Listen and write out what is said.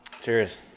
cheers